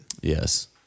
Yes